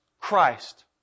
Christ